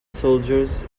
soldiers